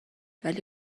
ولی